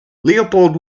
leopold